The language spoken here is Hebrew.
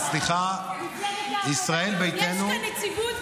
--- ישראל ביתנו,